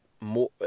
more